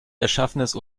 erschaffenes